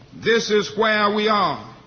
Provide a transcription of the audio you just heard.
this is where we are.